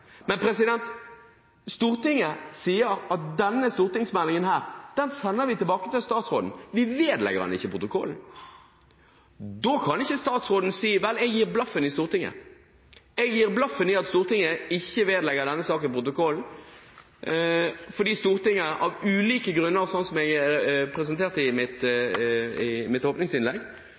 Men Stortinget sier at denne stortingsmeldingen sender vi tilbake til statsråden. Vi vedlegger den ikke protokollen. Da kan ikke statsråden si: Vel, jeg gir blaffen i Stortinget, jeg gir blaffen i at Stortinget ikke vedlegger denne saken protokollen. Stortinget avviser av ulike grunner – sånn som jeg presenterte det i mitt åpningsinnlegg